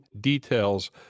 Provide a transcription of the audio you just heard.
details